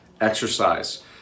exercise